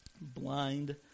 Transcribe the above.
blind